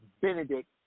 Benedict